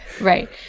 Right